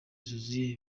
zuzuye